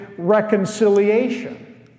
reconciliation